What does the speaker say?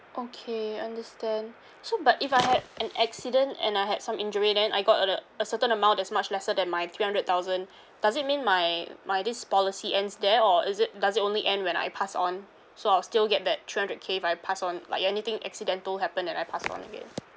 okay understand so but if I had an accident and I had some injury then I got uh the a certain amount that's much lesser than my three hundred thousand does it mean my my this policy ends there or is it does it only end when I pass on so I'll still get that three hundred K if I pass on like if anything accidental happen that I pass on again